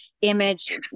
image